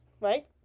right